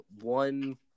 one –